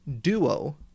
duo